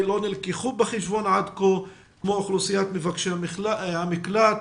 לא נלקחו בחשבון עד כה כמו אוכלוסיית מבקשי המקלט